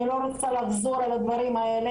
אני ברשותך רוצה להתחיל דווקא מהסוף,